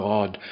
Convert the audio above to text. God